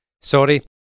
Sorry